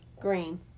Green